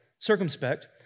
Circumspect